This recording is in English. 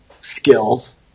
skills